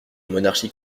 monarchie